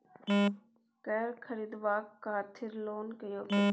कैर खरीदवाक खातिर लोन के योग्यता?